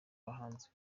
bahanzi